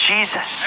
Jesus